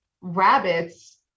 rabbits